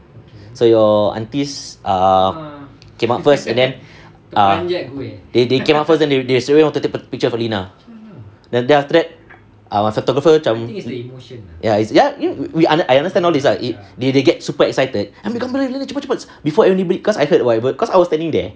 so your aunties err came up first and then err they they came up first then they straight away wanted to take pictures of alina and then after that our photographer macam ya is ya we I understand all this ah they they get super excited ambil gambar dulu cepat before anybody because I heard whatever cause I was standing there